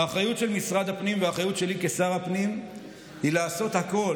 האחריות של משרד הפנים והאחריות שלי כשר הפנים היא לעשות הכול